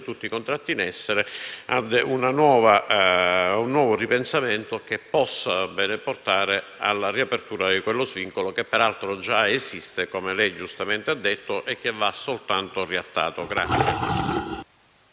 tutti i contratti in essere, ripensamento che possa portare alla riapertura di quello svincolo che, peraltro, già esiste, come lei ha giustamente detto, e che va soltanto riattato.